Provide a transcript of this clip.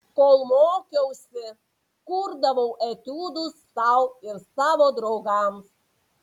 kol mokiausi kurdavau etiudus sau ir savo draugams